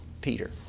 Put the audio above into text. Peter